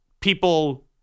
people